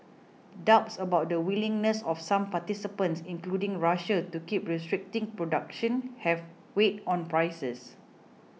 doubts about the willingness of some participants including Russia to keep restricting production have weighed on prices